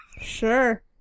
sure